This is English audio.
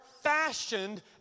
fashioned